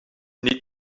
niet